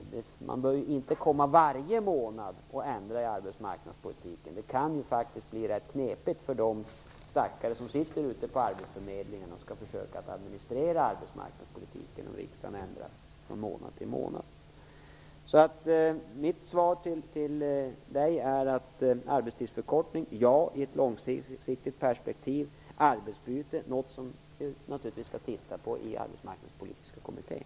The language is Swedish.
Man bör inte ändra arbetsmarknadspolitiken varje månad. Det kan bli rätt knepigt för de stackare som sitter ute på arbetsförmedlingarna och som skall försöka att administrera arbetsmarknadspolitiken, om riksdagen ändrar reglerna från månad till månad. Mitt svar till Barbro Johansson blir alltså ja till arbetstidsförkortning i ett långsiktigt perspektiv och att arbetsbyte är något som vi skall studera i Arbetsmarknadspolitiska kommittén.